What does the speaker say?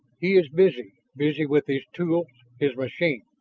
he is busy, busy with his tools, his machines,